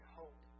hope